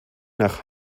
nach